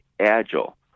agile